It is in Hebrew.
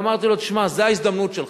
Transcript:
ואמרתי לו: תשמע, זו ההזדמנות שלך.